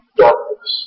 darkness